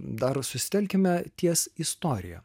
dar susitelkime ties istorija